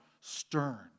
stern